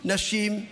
נשים,